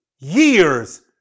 Years